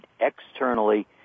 externally